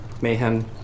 Mayhem